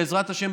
בעזרת השם,